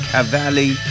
Cavalli